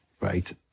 right